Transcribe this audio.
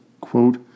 Quote